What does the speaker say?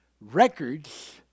records